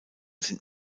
sind